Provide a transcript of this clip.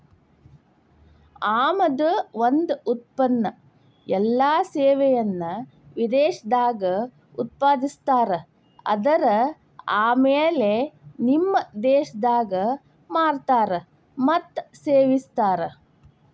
ಆಮದು ಒಂದ ಉತ್ಪನ್ನ ಎಲ್ಲಾ ಸೇವೆಯನ್ನ ವಿದೇಶದಾಗ್ ಉತ್ಪಾದಿಸ್ತಾರ ಆದರ ಆಮ್ಯಾಲೆ ನಿಮ್ಮ ದೇಶದಾಗ್ ಮಾರ್ತಾರ್ ಮತ್ತ ಸೇವಿಸ್ತಾರ್